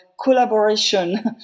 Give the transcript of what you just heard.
collaboration